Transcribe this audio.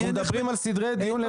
אנחנו מדברים על סדרי דיון.